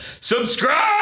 subscribe